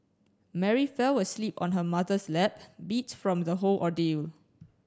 Mary fell asleep on her mother's lap beat from the whole ordeal